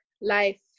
life